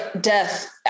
death